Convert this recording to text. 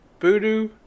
Voodoo